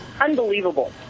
unbelievable